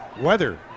weather